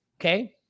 okay